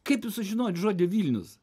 kaip jūs sužinojot žodį vilnius